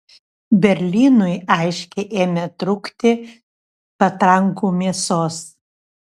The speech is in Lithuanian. berlynui aiškiai ėmė trūkti patrankų mėsos